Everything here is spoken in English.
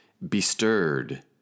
bestirred